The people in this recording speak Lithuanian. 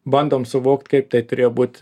bandom suvokt kaip tai turėjo būt